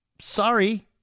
Sorry